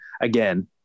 again